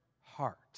heart